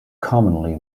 commonly